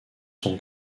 sont